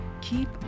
keep